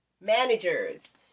Managers